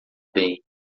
bem